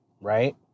right